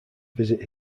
visit